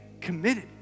committed